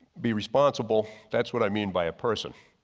be responsible that's what i mean by a person.